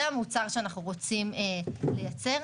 זה המוצר שאנחנו רוצים לייצר.